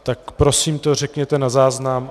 Tak to prosím řekněte na záznam.